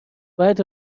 باید